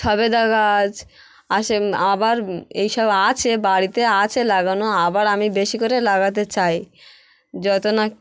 খাবে দাদা আজ আসেন আবার এইসব আছে বাড়িতে আছে লাগানো আবার আমি বেশি করে লাগাতে চাই যত না